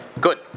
Good